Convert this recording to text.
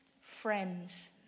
Friends